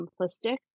simplistic